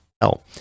hell